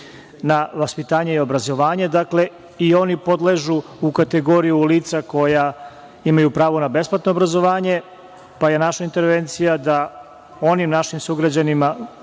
na vaspitanje i obrazovanje. Dakle, i oni podležu u kategoriju lica koja imaju pravo na besplatno obrazovanje, pa je naša intervencija da onim našim sugrađanima